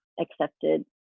accepted